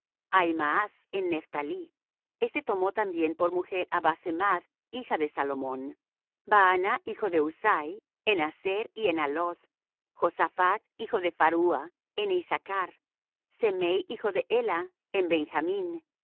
ahimaas en nephtalí éste tomó también por mujer á basemath hija de salomón baana hijo de husai en aser y en aloth josaphat hijo de pharua en issachr semei hijo de ela en benjamín